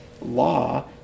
law